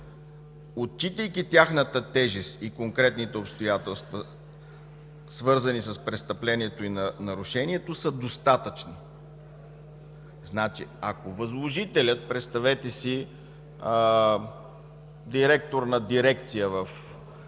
отчитайки тяхната тежест и конкретните обстоятелства, свързани с престъплението и нарушението, са достатъчни. Значи, ако възложителят, представете си директор на дирекция в едно